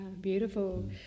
beautiful